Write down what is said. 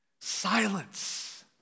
silence